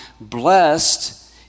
Blessed